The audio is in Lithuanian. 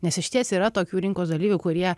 nes išties yra tokių rinkos dalyvių kurie